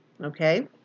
Okay